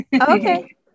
Okay